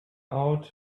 out